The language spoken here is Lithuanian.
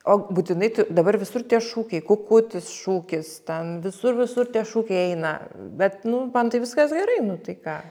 o būtinai tu dabar visur tie šūkiai kukutis šūkis ten visur visur tie šūkiai eina bet nu man tai viskas gerai nu tai ką